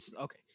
Okay